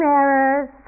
errors